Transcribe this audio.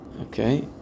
Okay